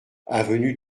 avenue